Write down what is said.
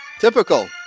typical